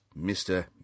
Mr